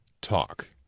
talk